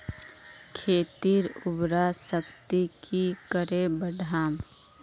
खेतीर उर्वरा शक्ति की करे बढ़ाम?